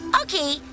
Okay